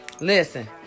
listen